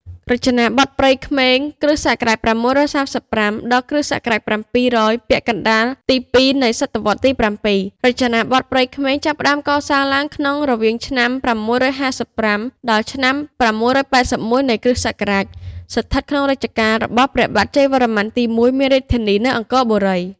រចនាបថព្រៃក្មេង គ.ស. ៦៣៥ ដល់គ ស.៧០០ ពាក់ កណ្តាលទី ២ នៃសតវត្សទី៧ រចនាបថព្រៃក្មេងចាប់ផ្តើមកសាងឡើងក្នុងរវាងឆ្នាំ ៦៥៥ ដល់ឆ្នាំ៦៨១ នៃ គ្រិស្តសករាជ ស្ថិតក្នុងរជ្ជកាលរបស់ព្រះបាទជ័យវរ្ម័នទី១ មានរាជធានីនៅអង្គរបុរី។